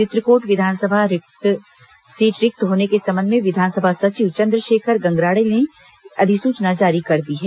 चित्रकोट विधानसभा सीट रिक्त होने के संबंध में विधानसभा सचिव चंद्रशेखर गंगराड़े ने अधिसूचना जारी कर दी है